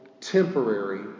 temporary